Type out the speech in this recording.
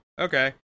okay